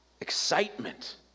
excitement